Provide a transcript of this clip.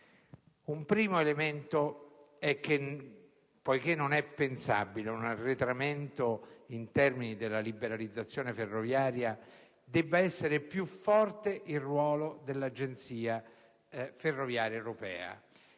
è dato dal fatto che poiché non è pensabile un arretramento in termini di liberalizzazione ferroviaria, deve essere più forte il ruolo dell'Agenzia ferroviaria europea,